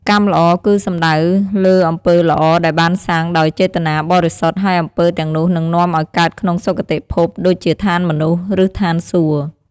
កម្មល្អ គឺសំដៅលើអំពើល្អដែលបានសាងដោយចេតនាបរិសុទ្ធ ហើយអំពើទាំងនោះនឹងនាំឲ្យកើតក្នុងសុគតិភព ដូចជាឋានមនុស្ស ឬឋានសួគ៌។